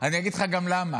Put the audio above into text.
אני אגיד לך גם למה.